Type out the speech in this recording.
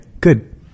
Good